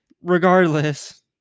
Regardless